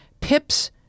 Pip's